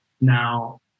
Now